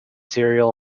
serial